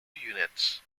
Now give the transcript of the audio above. units